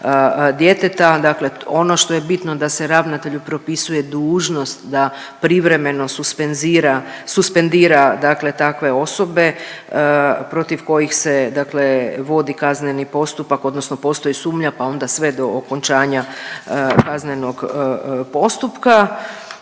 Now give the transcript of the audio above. djeteta, dakle ono što je bitno da se ravnatelju propisuje dužnost da privremeno suspenzira, suspendira dakle takve osobe protiv kojih se dakle vodi kazneni postupak odnosno postoji sumnja, pa onda sve do okončanja kaznenog postupka.